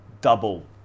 Double